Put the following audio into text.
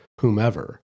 whomever